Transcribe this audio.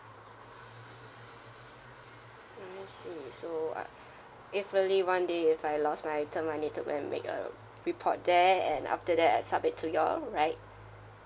I see so uh if really one day if I lost my item I need to go and make a report there and after that I submit to you all right